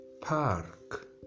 Park